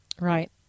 Right